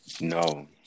No